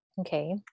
okay